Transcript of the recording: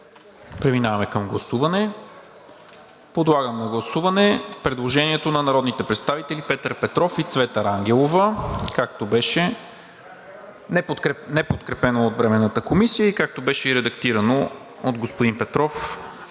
Преминаваме към гласуване. Подлагам на гласуване предложението на народните представители Петър Петров и Цвета Рангелова, неподкрепено от Временната комисия, както беше и редактирано от господин Петров